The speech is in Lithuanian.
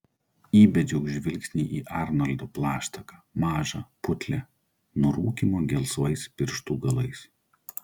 įbedžiau žvilgsnį į arnoldo plaštaką mažą putlią nuo rūkymo gelsvais pirštų galais